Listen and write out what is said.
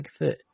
bigfoot